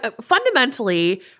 fundamentally